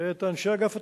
את אנשי אגף התקציבים,